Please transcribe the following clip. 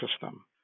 system